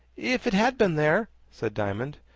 if it had been there, said diamond,